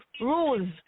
rules